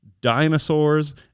dinosaurs